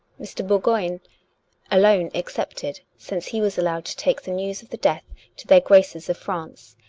mr. bourgoign alone excepted, since he was allowed to take the news of the death to their graces of france,